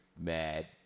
mad